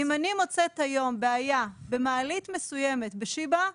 אם אני מוצאת היום בעיה במעלית מסוימת בשיבא,